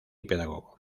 pedagogo